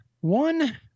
one